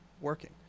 working